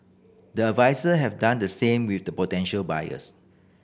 the adviser have done the same with the potential buyers